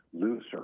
looser